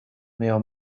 meilleur